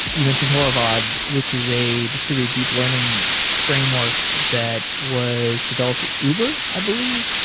you mentioned horovod, which is a distributed deep learning framework that was developed uber, i believe?